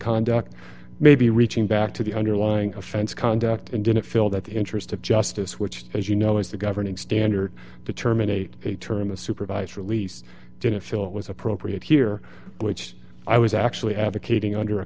conduct may be reaching back to the underlying offense conduct and didn't feel that the interest of justice which as you know is the governing standard to terminate a term of supervised release didn't feel it was appropriate here which i was actually advocating under a